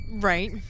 Right